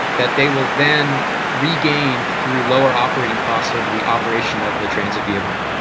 that they will then regain through lower operating costs over the operation of the transit vehicle.